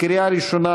לקריאה ראשונה.